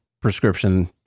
prescription